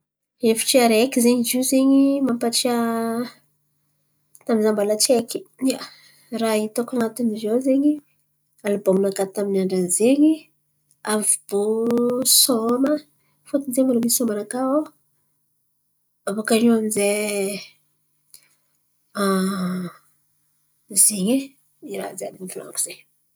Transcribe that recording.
Hevitry areky zen̈y io zen̈y mampatsiahy tamin'ny za mbola tseky. Ia, raha hitako an̈atiny izô zen̈y, alibômy ny nakà taminy andra ny zen̈y. Avy bô, sôma fôtiny zen̈y mbola misy sôma nakà ô, abaka iô amy izay zen̈y e, ia, raha jiàby nivolan̈iko izen̈y.